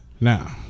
Now